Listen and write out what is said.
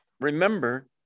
Remember